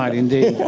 but indeed,